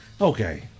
okay